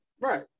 Right